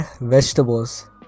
Vegetables